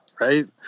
right